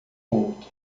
outro